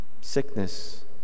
sickness